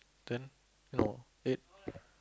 then no eight